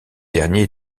dernier